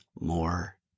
more